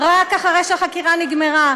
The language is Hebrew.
רק אחרי שהחקירה נגמרה.